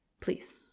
please